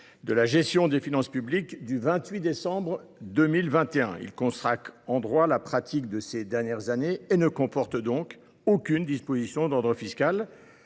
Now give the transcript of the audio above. de la gestion des finances publiques du 28 décembre 2021. Ce texte consacre en droit la pratique des dernières années, mais ne comporte aucune disposition d’ordre fiscal,